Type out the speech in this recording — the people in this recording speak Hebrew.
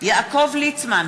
יעקב ליצמן,